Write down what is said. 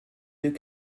deux